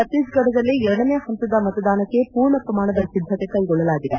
ಭಕ್ಷೀಸಗಡದಲ್ಲಿ ಎರಡನೇ ಪಂತದ ಮತದಾನಕೆ ಪೂರ್ಣಪ್ಪಮಾಣದ ಸಿದತೆ ಕೆಗೊಳ್ಳಲಾಗಿದೆ